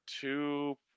Two